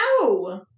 No